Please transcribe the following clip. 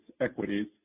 equities